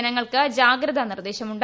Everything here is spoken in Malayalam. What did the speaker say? ജനങ്ങൾക്ക് ജാഗ്രതാനിർദ്ദേശമുണ്ട്